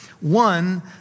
One